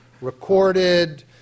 recorded